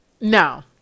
no